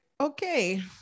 okay